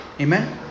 Amen